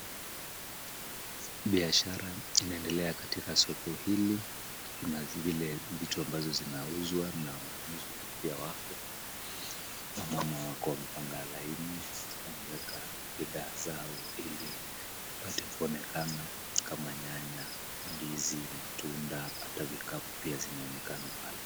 Biashara inaendelea katika soko hili, kuna zile vitu ambazo zinauzwa na wanunuzi pia wako, wamama wako wamepanga laini, wameweka bidhaa zao ili zipate kuonekana kama nyanya, ndizi, matunda hata vikapu pia zinaonekana pale.